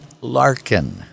Larkin